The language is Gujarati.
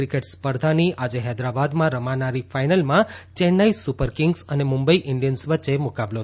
ક્રિકેટ સ્પર્ધાની આજે હેદરાબાદમાં રમાનારી ફાઇનલમાં ચેન્નાઇ સુપર કિંગ્સ અને મુંબઇ ઇન્ડિયન્સ વચ્ચે મુકાબલો થશે